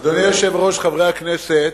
אדוני היושב-ראש, חברי הכנסת,